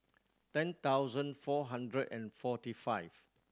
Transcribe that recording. ten thousand four hundred and forty five